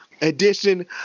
edition